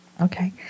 Okay